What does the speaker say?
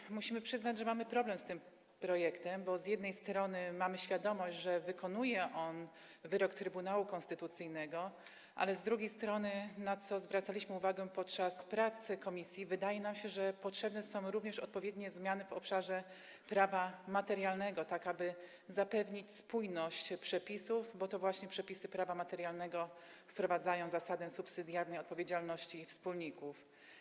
I musimy przyznać, że mamy problem z tym projektem, bo z jednej strony mamy świadomość, że wykonuje on wyrok Trybunału Konstytucyjnego, ale z drugiej strony, na co zwracaliśmy uwagę podczas pracy komisji, wydaje nam się, że potrzebne są również odpowiednie zmiany w obszarze prawa materialnego, tak aby zapewnić spójność przepisów, bo to właśnie przepisy prawa materialnego wprowadzają zasadę subsydiarnej odpowiedzialności wspólników.